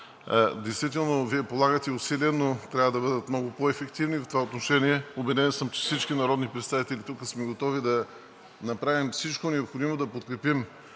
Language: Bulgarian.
Действително Вие полагате усилия, но трябва да бъдат много по-ефективни в това отношение. Убеден съм, че всички народни представители тук сме готови да направим всичко необходимо, да подкрепим